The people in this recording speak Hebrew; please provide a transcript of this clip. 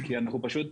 כי אנחנו פשוט,